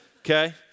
Okay